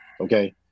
Okay